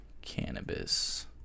cannabis